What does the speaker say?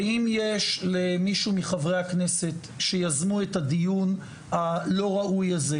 ואם יש למישהו מחברי הכנסת שיזמו את הדיון הלא ראוי הזה,